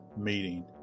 meeting